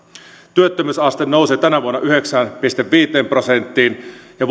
työttömyysaste nousee tänä vuonna yhdeksään pilkku viiteen prosenttiin ja